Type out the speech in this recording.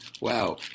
Wow